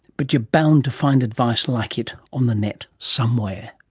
but you're bound to find advice like it on the net somewhere.